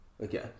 Okay